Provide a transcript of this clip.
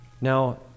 Now